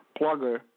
Plugger